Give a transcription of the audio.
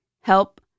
help